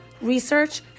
research